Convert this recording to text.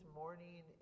morning